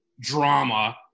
drama